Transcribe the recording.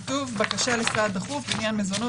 כתוב: בקשה לסעד דחוף לעניין מזונות